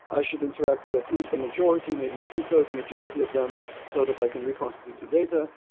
i should interact with at least the majority, maybe a two-thirds majority of them, so that i can reconstitute the data.